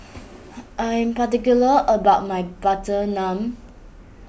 I am particular about my Butter Naan